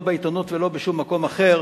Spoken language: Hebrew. לא בעיתונות ולא בשום מקום אחר,